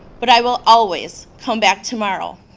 but i will always come back tomorrow,